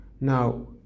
Now